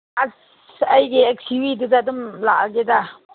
ꯑꯁ ꯑꯩꯗꯤ ꯑꯦꯛꯁ ꯌꯨ ꯕꯤꯗꯨꯗ ꯑꯗꯨꯝ ꯂꯥꯛꯑꯒꯦꯗ